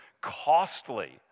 costly